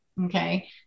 Okay